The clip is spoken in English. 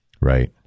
right